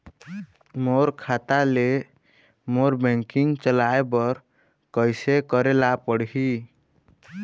मोर खाता ले मोर बैंकिंग चलाए बर कइसे करेला पढ़ही?